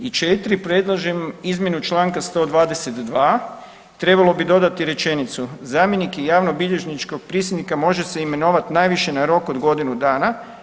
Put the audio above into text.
I četiri, predlažem izmjenu čl. 122., trebalo bi dodati rečenicu, zamjenik javnobilježničkog prisjednika može se imenovat najviše na rok od godinu dana.